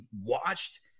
watched